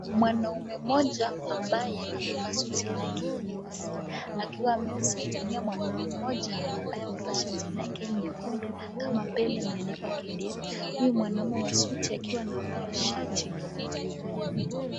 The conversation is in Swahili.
Mwanaume mmoja ambaye amevaa suti lake nyeusi; akiwa amemsalimia mwanaume mmoja amabye amevaa shati lake nyekundu kama mbele imeandikwa KDF . Huyu mwanaume wa suti akiwa anampea shati.